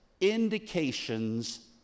indications